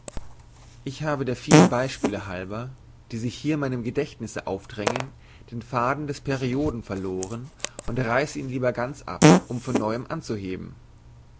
ich habe der vielen beispiele halber die sich hier meinem gedächtnisse aufdrängen den faden des perioden verlohren und reiße ihn lieber ganz ab um von neuem anzuheben